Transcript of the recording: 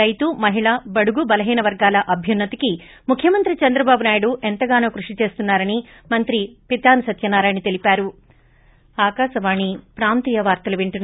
రైతు మహిళ బడుగు బలహీన వర్గాల అభ్యున్న తికి ముఖ్యమంత్రి చంద్రబాబు నాయుడు ఎంతగానో కృషి చేస్తున్నా రని మంత్రి పితాని సత్యనారాయణ తెలిపారు